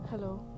Hello